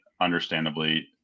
understandably